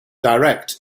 direct